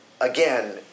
again